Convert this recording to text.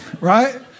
Right